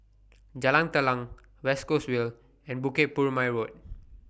Jalan Telang West Coast Vale and Bukit Purmei Road